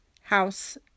house